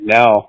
now